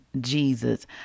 Jesus